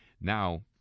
Now